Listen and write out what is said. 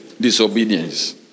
Disobedience